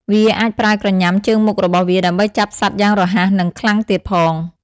វាអាចប្រើក្រញាំជើងមុខរបស់វា ដើម្បីចាប់សត្វយ៉ាងរហ័ស និងខ្លាំងទៀតផង។